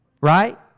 Right